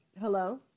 Hello